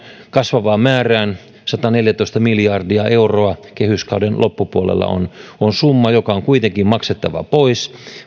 kasvavaan määrään sataneljätoista miljardia euroa kehyskauden loppupuolella on on summa joka on kuitenkin maksettava pois